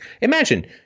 Imagine